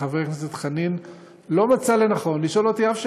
וחבר הכנסת חנין לא מצא לנכון לשאול אותי שום שאלה.